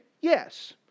Yes